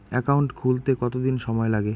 Account খুলতে কতদিন সময় লাগে?